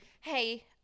hey